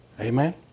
Amen